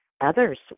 others